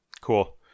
cool